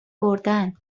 بردن